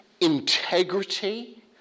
integrity